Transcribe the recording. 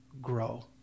grow